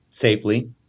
safely